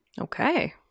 Okay